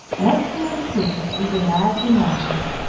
and up came the troop of eager lads and lasses,